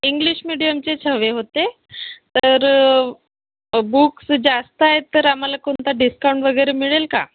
English मिडियमचेच हवे होते तर बुक्स जास्त आहेत तर आम्हाला कोणता डिस्काउंट वगैरे मिळेल का